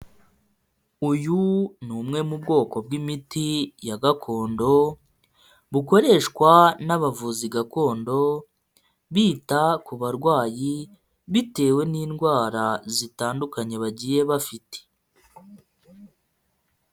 Uyu ni umwe mu bwoko bw'imiti ya gakondo bukoreshwa n'abavuzi gakondo, bita ku barwayi bitewe n'indwara zitandukanye bagiye bafite.